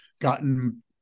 gotten